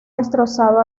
destrozado